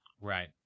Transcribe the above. Right